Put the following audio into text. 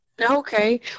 okay